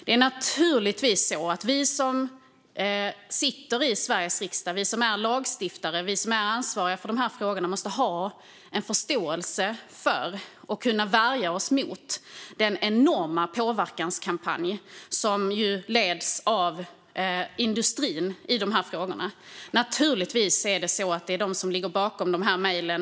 Det är naturligtvis så att vi som sitter i Sveriges riksdag, som är lagstiftare och som är ansvariga för dessa frågor måste ha en förståelse för och kunna värja oss mot den enorma påverkanskampanj som leds av industrin i dessa frågor. Naturligtvis är det den industrin som ligger bakom dessa mejl.